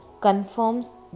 confirms